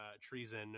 treason